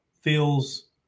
feels